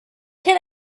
can